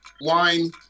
wine